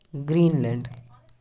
green land